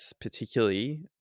particularly